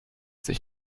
sich